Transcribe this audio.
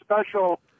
special